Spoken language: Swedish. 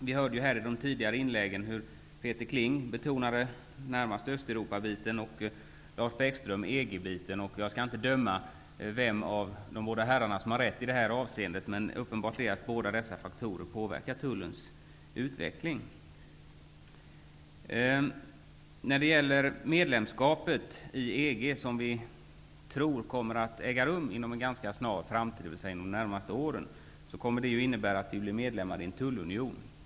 Vi hörde här i de tidigare inläggen hur Peter Kling betonade närmast Östeuropafrågan och Lars Bäckström betonade EG-frågan. Jag skall inte döma vem av de båda herrarna som har rätt i det här avseendet. Men det är uppenbart att båda dessa faktorer påverkar tullens utveckling. När Sverige blir medlem i EG, vilket vi tror kommer att äga rum inom en ganska snar framtid, dvs. under de närmaste åren, kommer det att innebära att vi blir medlemmar i en tullunion.